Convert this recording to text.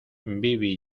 bibi